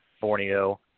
Borneo